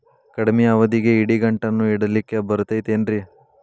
ಕಡಮಿ ಅವಧಿಗೆ ಇಡಿಗಂಟನ್ನು ಇಡಲಿಕ್ಕೆ ಬರತೈತೇನ್ರೇ?